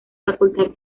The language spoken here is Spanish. facultad